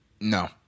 No